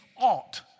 Ought